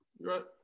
Right